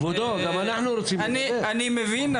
קודם כל אני רוצה לברך את רון כץ,